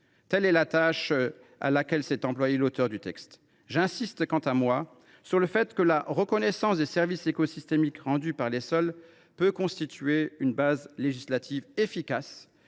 Telle est la tâche à laquelle s’est employée l’auteure du texte. J’insiste quant à moi sur le fait que la reconnaissance des services écosystémiques rendus par les sols peut constituer une base législative efficace